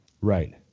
Right